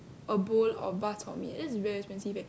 a bowl of bak-chor-mee that's very expensive actually